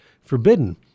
forbidden